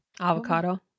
Avocado